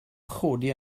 chodi